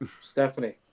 stephanie